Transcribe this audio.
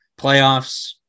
playoffs